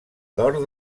d’or